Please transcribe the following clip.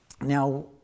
Now